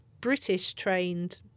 British-trained